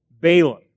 Balaam